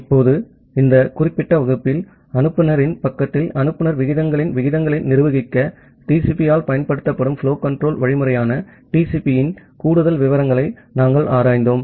இப்போது இந்த குறிப்பிட்ட வகுப்பில் அனுப்புநரின் பக்கத்தில் அனுப்புநர் விகிதங்களின் விகிதங்களை நிர்வகிக்க TCP ஆல் பயன்படுத்தப்படும் புலோ கன்ட்ரோல் வழிமுறையான TCP இன் கூடுதல் விவரங்களை நாம் ஆராய்வோம்